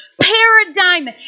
paradigm